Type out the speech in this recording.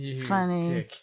funny